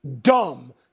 dumb